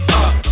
up